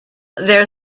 there